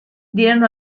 dieron